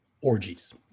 orgies